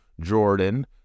Jordan